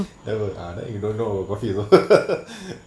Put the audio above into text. that would ah the you don't know coffee ah சொன்ன:sonna